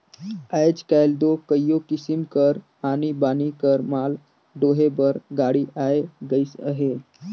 आएज काएल दो कइयो किसिम कर आनी बानी कर माल डोहे बर गाड़ी आए गइस अहे